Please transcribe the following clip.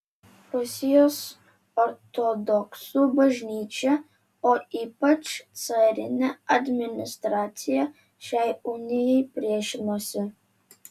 rusijos ortodoksų bažnyčia o ypač carinė administracija šiai unijai priešinosi